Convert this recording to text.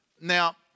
Now